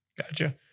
Gotcha